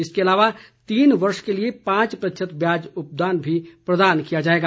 इसके अलावा तीन वर्ष के लिए पांच प्रतिशत ब्याज उपदान भी प्रदान किया जाएगा